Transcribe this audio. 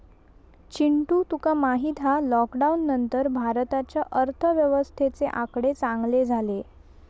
चिंटू तुका माहित हा लॉकडाउन नंतर भारताच्या अर्थव्यवस्थेचे आकडे चांगले झाले